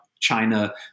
china